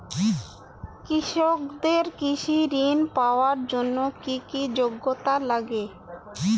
কৃষকদের কৃষি ঋণ পাওয়ার জন্য কী কী যোগ্যতা লাগে?